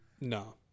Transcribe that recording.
No